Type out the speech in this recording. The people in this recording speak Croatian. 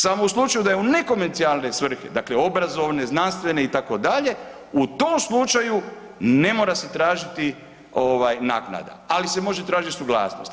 Samo u slučaju da je u nekonvencionalne svrhe, dakle obrazovne, znanstvene itd. u tom slučaju ne mora se tražiti naknada ali se može tražiti suglasnost.